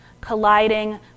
colliding